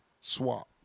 swap